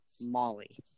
Molly